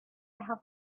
have